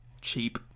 cheap